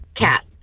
Cat